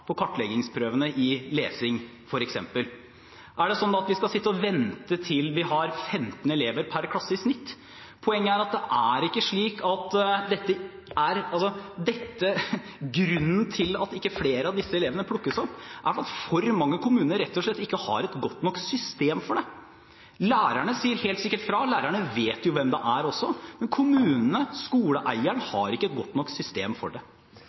på kartleggingsprøvene i lesing f.eks.? Er det sånn da at vi skal sitte og vente til vi har 15 elever per klasse i snitt? Grunnen til at ikke flere av disse elevene plukkes opp, er at for mange kommuner rett og slett ikke har et godt nok system for det. Lærerne sier helt sikkert fra. Lærerne vet jo hvem det gjelder også. Men kommunene, skoleeierne, har ikke et godt nok system for det.